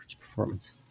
performance